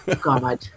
god